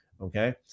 okay